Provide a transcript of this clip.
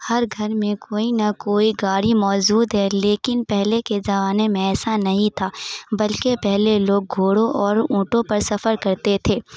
ہر گھر میں کوئی نہ کوئی گاڑی موجود ہے لیکن پہلے کے زمانے میں ایسا نہیں تھا بلکہ پہلے لوگ گھوڑوں اور اونٹوں پر سفر کرتے تھے